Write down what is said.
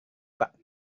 pak